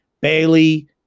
Bailey